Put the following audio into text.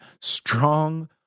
strong